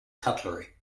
cutlery